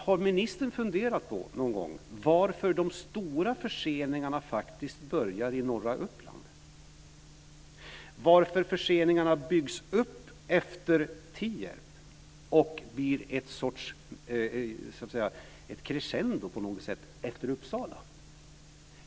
Har ministern funderat på varför de stora förseningarna börjar i norra Uppland, varför förseningarna byggs upp efter Tierp och blir ett crescendo efter Uppsala?